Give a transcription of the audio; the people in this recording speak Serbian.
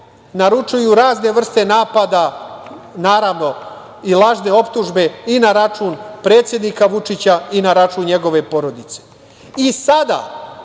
naručuju razne vrste napada, naravno i lažne optužbe i na račun predsednika Vučića i na račun njegove porodice.I, sada